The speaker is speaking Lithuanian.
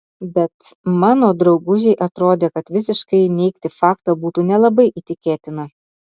bet mano draugužei atrodė kad visiškai neigti faktą būtų nelabai įtikėtina